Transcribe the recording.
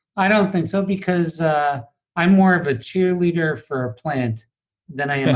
i don't think so, because i'm more of a cheerleader for a plant than i am